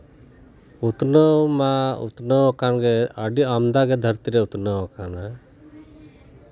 ᱩᱛᱱᱟᱹᱣ ᱢᱟ ᱩᱛᱱᱟᱹᱣ ᱟᱠᱟᱱ ᱜᱮ ᱟᱹᱰᱤ ᱟᱢᱫᱟᱜᱮ ᱫᱷᱟᱹᱨᱛᱤ ᱨᱮ ᱩᱛᱱᱟᱹᱣ ᱟᱠᱟᱱᱟ